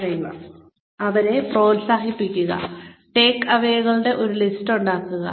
പരിശീലന പരിപാടിയുടെ ഓരോ സെഷനിലും അവരോട് പറയുക അവരെ പ്രോത്സാഹിപ്പിക്കുക ടേക്ക് അവേകളുടെ ഒരു ലിസ്റ്റ് ഉണ്ടാക്കുക